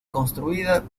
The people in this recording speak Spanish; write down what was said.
construida